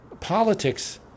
politics